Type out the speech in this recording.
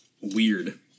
weird